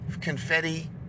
confetti